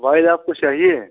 bile आपको चाहिए